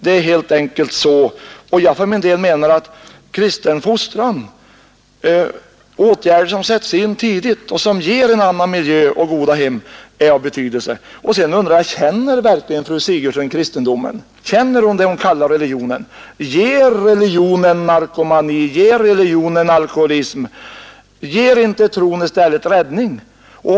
Det är helt enkelt så att läget är allvarligt. Jag menar att kristen fostran i form av åtgärder som sätts in tidigt och som ger en annan miljö och goda hem är av betydelse. Känner verkligen fru Sigurdsen kristendomen, känner hon det hon kallar religionen? Ger religionen narkomani, ger religionen alkoholism? Ger inte tron i stället räddning?